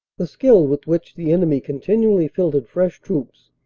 the skill with which the enemy continually filtered fresh troops,